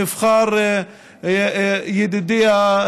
נבחר ידידי,